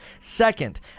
Second